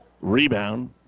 rebound